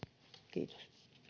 kiitos